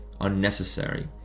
unnecessary